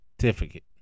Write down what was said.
certificate